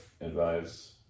advise